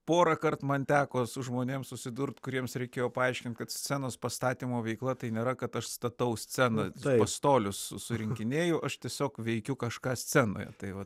porąkart man teko žmonėm susidurt kuriems reikėjo paaiškint kad scenos pastatymo veikla tai nėra kad aš statau sceną pastolius surinkinėju aš tiesiog veikiu kažką scenoje tai va